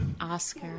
Oscar